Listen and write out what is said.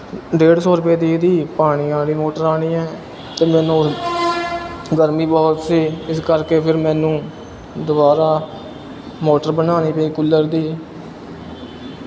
ਡੇਢ ਸੌ ਰੁਪਏ ਦੀ ਇਹਦੀ ਪਾਣੀ ਵਾਲੀ ਮੋਟਰ ਆਉਣੀ ਹੈ ਅਤੇ ਮੈਨੂੰ ਗਰਮੀ ਬਹੁਤ ਸੀ ਇਸ ਕਰਕੇ ਫਿਰ ਮੈਨੂੰ ਦੁਬਾਰਾ ਮੋਟਰ ਬਣਾਉਣੀ ਪਈ ਕੂਲਰ ਦੀ